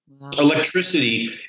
Electricity